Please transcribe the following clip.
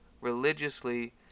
religiously